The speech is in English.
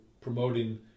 promoting